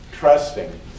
trusting